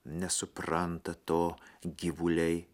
nesupranta to gyvuliai